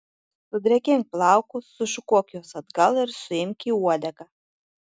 sudrėkink plaukus sušukuok juos atgal ir suimk į uodegą